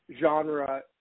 genre